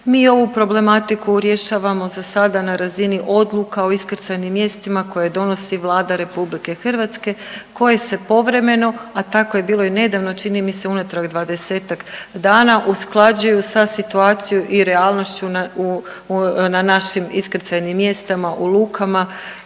Mi ovu problematiku rješavamo zasada na razini odluka o iskrcajnim mjestima koje donosi Vlada RH, koje se povremeno, a tako je bilo i nedavno čini mi se unatrag 20-tak dana, usklađuju sa situaciju i realnošću na, u, u, na našim iskrcajnim mjestima u lukama